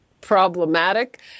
Problematic